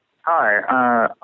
hi